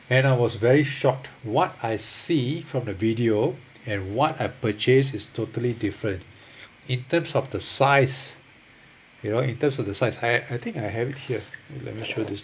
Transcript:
and I was very shocked what I see from the video and what I purchased is totally different in terms of the size you know in terms of the size I I think I have it here let me show this